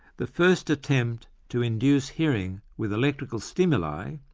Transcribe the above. the first attempt to induce hearing with electrical stimuli,